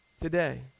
today